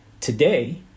Today